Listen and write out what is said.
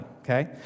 okay